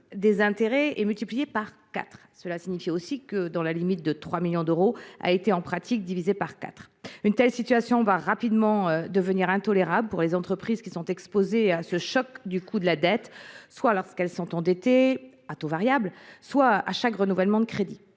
des intérêts est multiplié par quatre ! Cela signifie aussi que la limite de 3 millions d’euros a été en pratique divisée d’autant. Une telle situation deviendra rapidement intolérable pour les entreprises qui sont exposées à un tel choc sur le coût de leur dette, soit lorsqu’elles sont endettées à taux variable, soit à chaque renouvellement de crédit.